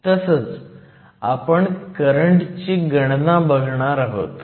तसंच आपण करंटची गणना बघणार आहोत